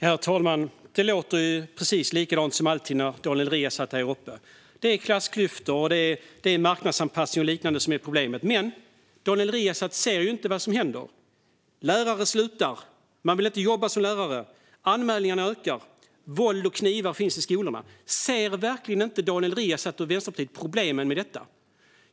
Herr talman! Det låter precis likadant som alltid när Daniel Riazat är uppe i talarstolen. Det är klassklyftor, marknadsanpassning och liknande som är problemet. Men Daniel Riazat ser inte vad som händer. Lärare slutar, man vill inte jobba som lärare, anmälningarna ökar och våld och knivar finns i skolorna. Ser verkligen inte Daniel Riazat och Vänsterpartiet problemen med detta?